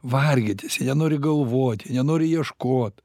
vargintis jie nenori galvoti nenori ieškot